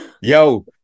Yo